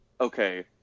okay